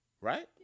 Right